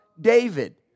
David